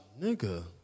Nigga